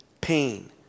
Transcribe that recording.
pain